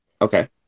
Okay